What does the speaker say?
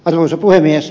arvoisa puhemies